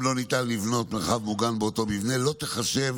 אם לא ניתן לבנות מרחב מוגן באותו מבנה, לא תיחשב